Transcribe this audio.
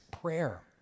prayer